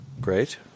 Great